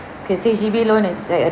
cause H_D_B loan is the